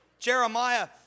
Jeremiah